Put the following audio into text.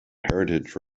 heritage